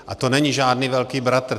A to není žádný velký bratr.